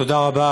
תודה רבה,